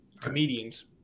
comedians